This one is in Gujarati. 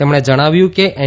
તેમણે જણાવ્યું કે એન